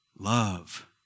Love